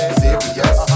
serious